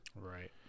right